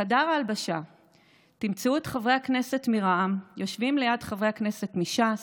בחדר ההלבשה תמצאו את חברי הכנסת מרע"מ יושבים ליד חברי הכנסת מש"ס,